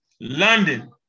London